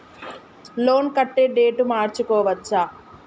Loan కట్టే date మార్చుకోవచ్చా?